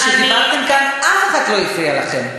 כשדיברתם כאן אף אחד לא הפריע לכם.